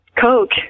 Coke